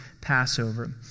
Passover